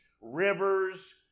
rivers